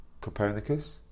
Copernicus